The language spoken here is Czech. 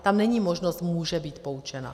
Tam není možnost může být poučena.